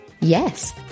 Yes